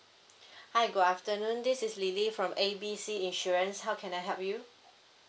hi good afternoon this is lily from A B C insurance how can I help you